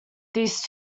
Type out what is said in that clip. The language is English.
these